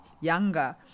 younger